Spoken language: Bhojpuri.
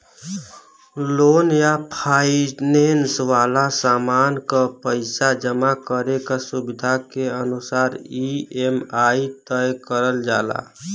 लोन या फाइनेंस वाला सामान क पइसा जमा करे क सुविधा के अनुसार ई.एम.आई तय करल जाला